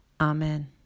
Amen